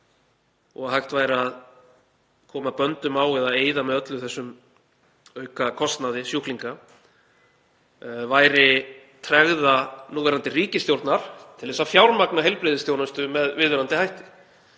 og hægt væri að koma böndum á eða eyða með öllum þessum aukakostnaði sjúklinga væri tregða núverandi ríkisstjórnar til að fjármagna heilbrigðisþjónustu með viðunandi hætti.